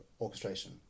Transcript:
orchestration